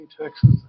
Texas